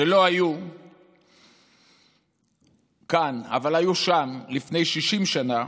שלא היו כאן, אבל היו שם לפני 60 שנה,